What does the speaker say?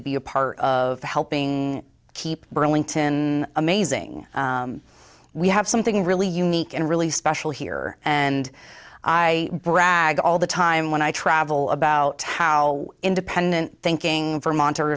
to be a part of helping keep burlington amazing we have something really unique and really special here and i brag all the time when i travel about how independent thinking or monitor